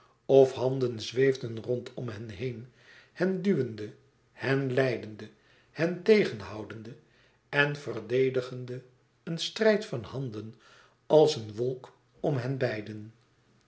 of handen zweefden rondom hen heen hen duwende hen leidende hen tegenhoudende en verdedigende een strijd van handen als een wolk om hen beiden